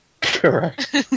Correct